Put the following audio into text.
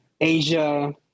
Asia